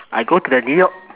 I go to the new-york